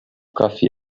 coffee